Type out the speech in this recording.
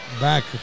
back